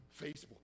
Facebook